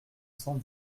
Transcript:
cent